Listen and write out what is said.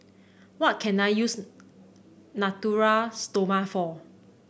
what can I use Natura Stoma for